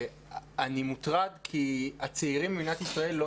אני מוטרד כי הצעירים במדינת ישראל לא